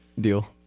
deal